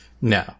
No